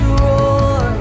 roar